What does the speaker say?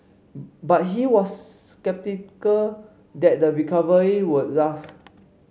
but he was sceptical that the recovery would last